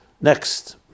Next